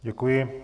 Děkuji.